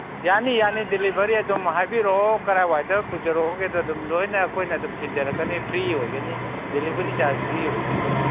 ꯌꯥꯅꯤ ꯌꯥꯅꯤ ꯗꯤꯂꯤꯕꯔꯤ ꯑꯗꯨꯝ ꯍꯥꯏꯕꯤꯔꯛꯑꯣ ꯀꯔꯥꯏꯋꯥꯏꯗ ꯄꯨꯖꯔꯛꯎꯒꯦꯗꯣ ꯑꯗꯨꯝ ꯂꯣꯏꯅ ꯑꯩꯈꯣꯏꯅ ꯑꯗꯨꯝ ꯊꯤꯟꯖꯔꯛꯀꯅꯤ ꯐ꯭ꯔꯤ ꯑꯣꯏꯒꯅꯤ ꯗꯤꯂꯤꯕꯔꯤ ꯆꯥꯔꯖ ꯐ꯭ꯔꯤ ꯑꯣꯏꯒꯅꯤ